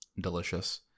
delicious